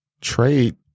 trade